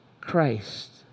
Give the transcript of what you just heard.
Christ